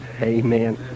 amen